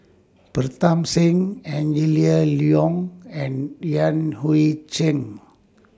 Pritam Singh Angela Liong and Yan Hui Chang